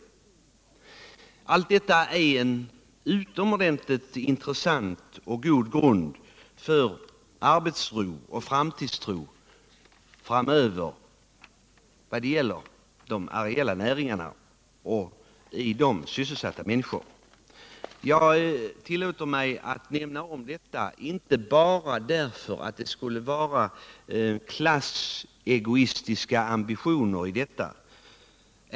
Allt detta är mycket intressant och utgör en god grund för arbetsro och framtidstro när det gäller de areella näringarna och däri sysselsatta människor. Jag tillåter mig nämna om detta inte bara därför att det skulle vara klassegoistiska ambitioner i detta.